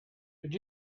would